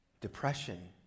Depression